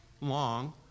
long